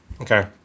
Okay